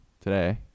today